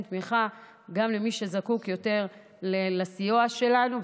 תמיכה גם למי שזקוק יותר לסיוע שלנו.